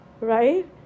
right